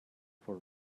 for